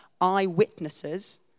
eyewitnesses